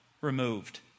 removed